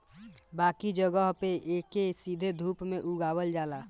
बाकी जगह पे एके सीधे धूप में उगावल जाला